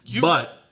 But-